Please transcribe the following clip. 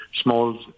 small